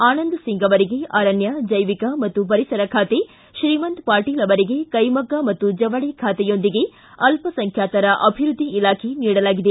ಆನಂದ್ ಸಿಂಗ್ ಅವರಿಗೆ ಆರಣ್ಲ ಜೈವಿಕ ಮತ್ತು ಪರಿಸರ ಖಾತೆ ಶ್ರೀಮಂತ ಪಾಟೀಲ್ ಅವರಿಗೆ ಕೈಮಗ್ಗ ಮತ್ತು ಜವಳಿ ಖಾತೆಯೊಂದಿಗೆ ಅಲ್ಪಸಂಖ್ಯಾತರ ಅಭಿವೃದ್ಧಿ ಇಲಾಖೆ ನೀಡಲಾಗಿದೆ